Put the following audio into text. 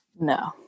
No